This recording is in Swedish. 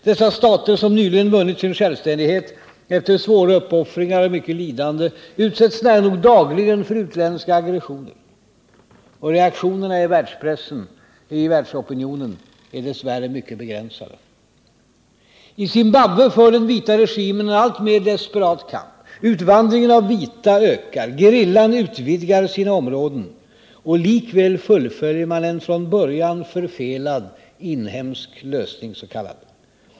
Dessa stater, som nyligen vunnit sin självständighet efter svåra uppoffringar och mycket lidande, utsätts nära nog dagligen för utländska aggressioner. Reaktionerna i världsopinionen är dess värre mycket begränsade. I Zimbabwe för den vita regimen en alltmer desperat kamp. Utvandringen av vita ökar, gerillan utvidgar sina områden. Likväl fullföljer man en från början förfelad inhemsk s.k. lösning.